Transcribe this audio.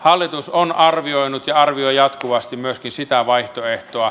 hallitus on arvioinut ja arvioi jatkuvasti myöskin sitä vaihtoehtoa